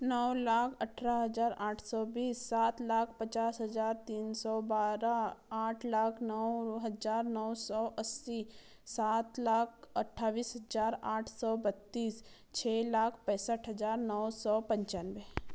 नौ लाख अठारह हजार आठ सौ बीस सात लाख पचास हजार तीन सौ बारह आठ लाख नौ हजार नौ सौ अस्सी सात लाख अट्ठाईस हजार आठ सौ बत्तीस छ लाख पैंसठ हजार नौ सौ पंचानवे